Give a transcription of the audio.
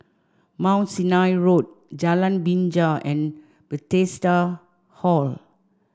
Mount Sinai Road Jalan Binja and Bethesda Hall